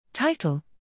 Title